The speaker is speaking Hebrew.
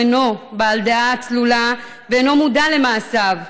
אינו בעל דעה צלולה ואינו מודע למעשיו.